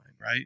right